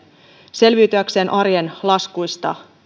selviytyäkseen arjen laskuista